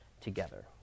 together